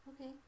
Okay